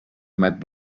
met